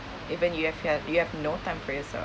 even you have you have you have no time for yourself